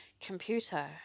computer